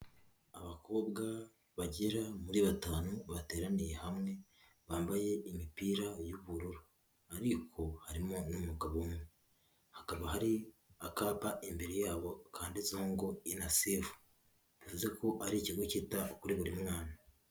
Abakobwa bagera muri batanu bateraniye hamwe bambaye imipira y'ubururu ariko harimo n'umugabo umwe, hakaba hari akapa imbere yabo kanditseho ngo unicef, bivuze ko ari ikigo cyita kuri buri mwana.